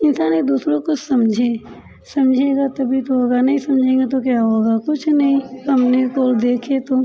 इंसान एक दूसरों को समझे समझेगा तभी तो होगा नहीं समझेगा तो क्या होगा कुछ नहीं सबने को देखे तो